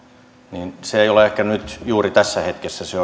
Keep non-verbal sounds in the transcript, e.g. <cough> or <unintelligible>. se ei ole ehkä nyt juuri tässä hetkessä se <unintelligible>